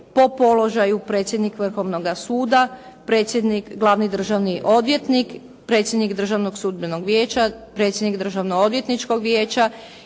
po položaju predsjednik Vrhovnoga suda, predsjednik, glavni državni odvjetnik, predsjednik Državnog sudbenog vijeća, predsjednik Državno-odvjetničkog vijeća